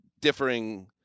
Differing